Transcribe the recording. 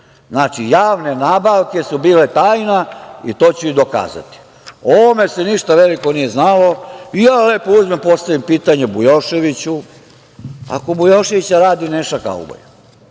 Znači, javne nabavke su bile tajna, i to ću i dokazati.O ovome se ništa veliko nije znalo i ja lepo uzmem i postavim pitanje Bujoševiću, a kod Bujoševića radi Neša kauboj.